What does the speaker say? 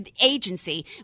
agency